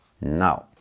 Now